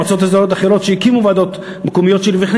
מועצות אזוריות אחרות שהקימו ועדות מקומיות שלהן,